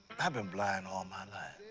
i've been blind all my life.